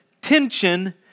tension